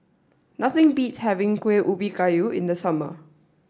nothing beats having Kuhn Ubi Kayu in the summer